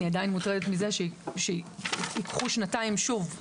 אני עדיין מוטרדת מזה שייקח שנתיים שוב,